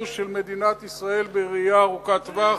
של מדינת ישראל בראייה ארוכת טווח,